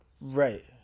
Right